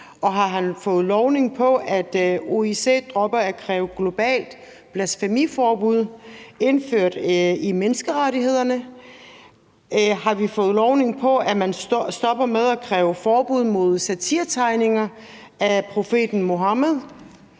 Har vi fået lovning på, at OIC dropper at kræve et globalt blasfemiforbud indført i menneskerettighederne? Har vi fået lovning på, at man stopper med at kræve forbud mod satiretegninger af profeten Muhammed,